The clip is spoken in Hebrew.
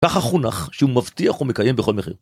‫ככה חונך שהוא מבטיח ‫הוא מקיים בכל מחיר.